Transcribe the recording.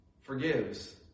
forgives